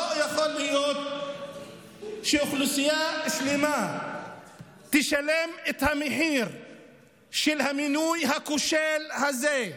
לא יכול להיות שאוכלוסייה שלמה תשלם את המחיר של המינוי הכושל הזה.